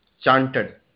chanted